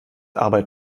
arbeit